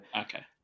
okay